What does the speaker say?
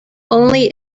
only